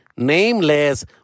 nameless